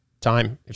time